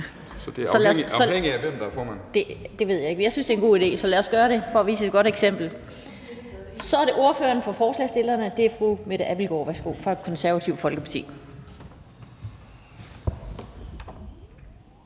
Så det er afhængigt af, hvem der er formand?). Det ved jeg ikke, men jeg synes, det er en god idé, så lad os gøre det for at vise et godt eksempel. Så er det ordføreren for forslagsstillerne, og det er fru Mette Abildgaard fra Det Konservative Folkeparti.